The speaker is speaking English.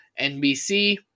NBC